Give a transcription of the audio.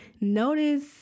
notice